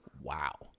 Wow